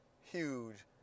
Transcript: huge